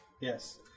Yes